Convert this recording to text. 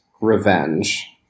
Revenge